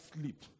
sleep